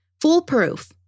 Foolproof